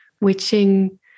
Witching